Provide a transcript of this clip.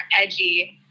edgy